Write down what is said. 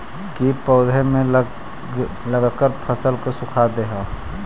कीट पौधे में लगकर फसल को सुखा दे हई